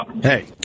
Hey